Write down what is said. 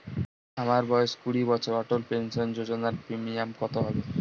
আমার বয়স কুড়ি বছর অটল পেনসন যোজনার প্রিমিয়াম কত হবে?